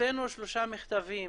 הוצאנו שלושה מכתבים